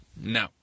No